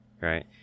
right